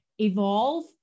evolve